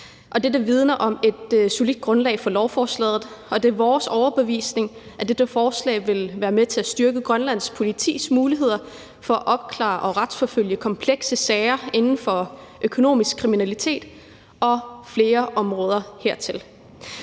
dette vidner om et solidt grundlag for lovforslaget. Og det er vores overbevisning, at dette forslag vil være med til at styrke Grønlands Politis muligheder for at opklare og retsforfølge komplekse sager inden for økonomisk kriminalitet og flere områder hertil.